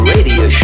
Radio